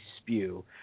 spew